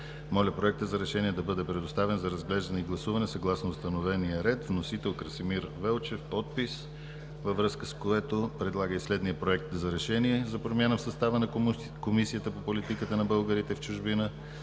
Моля Проектът за решение да бъде предоставен за разглеждане и гласуване съгласно установения ред.“ Вносител е Красимир Велчев, подпис, във връзка с което предлага и следния: „Проект! РЕШЕНИЕ за промяна в състава на Комисията по политиките за българите в чужбина: